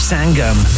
Sangam